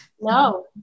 No